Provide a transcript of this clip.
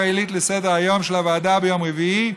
עילית לסדר-היום של הוועדה ביום רביעי,